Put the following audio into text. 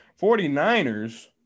49ers